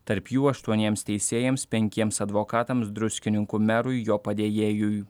tarp jų aštuoniems teisėjams penkiems advokatams druskininkų merui jo padėjėjui